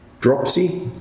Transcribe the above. dropsy